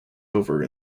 over